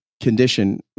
condition